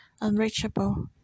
unreachable